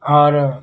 और